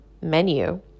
menu